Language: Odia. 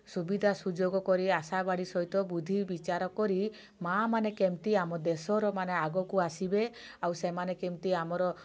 ସୁବିଧା ସୁଯୋଗ କରି ଆଶା ବାଡ଼ି ସହିତ ବୁଦ୍ଧି ବିଚାର କରି ମାଁ ମାନେ କେମିତି ଆମ ଦେଶର ମାନେ ଆଗକୁ ଆସିବେ ଆଉ ସେମାନେ କେମିତି ଆମର